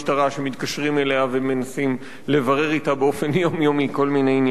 שמתקשרים אליה ומנסים לברר אתה באופן יומיומי כל מיני עניינים.